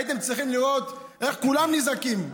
הייתם צריכים לראות איך כולם נזעקים.